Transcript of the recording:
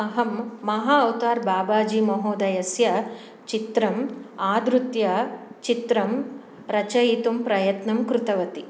अहं महा अवतार् बाबाजी महोदयस्य चित्रम् आदृत्य चित्रं रचयितुं प्रयत्नं कृतवती